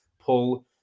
pull